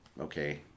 okay